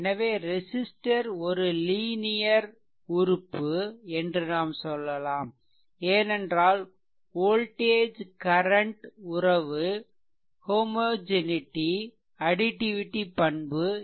எனவே ரெசிஸ்ட்டர் ஒரு லீனியர் உறுப்பு என்று நாம் சொல்லலாம் ஏனென்றால் வோல்டேஜ் கரன்ட் உறவு ஹோமோஜெனிடி அடிடிவிடி பண்பு additivity property